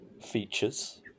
features